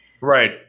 Right